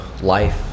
life